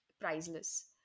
priceless